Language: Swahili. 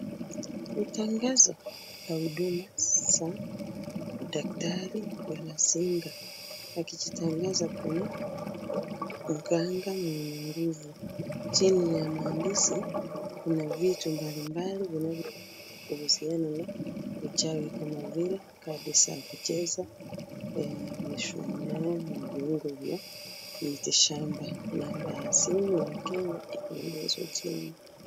Ni taongeza kwa huduma za daktari Galazinga, wakijitangaza kwa uganga mwenye nguvu. Chini ya maandishi kuna vitu mbalimbali vinavyohusiana na uchawi kama vile kadi za kucheza, mishumaa na viungo vya mitishamba. Namba ya simu ya kenya imetangazwa chini.